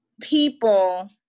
people